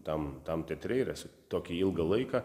tam tam teatre ir esu tokį ilgą laiką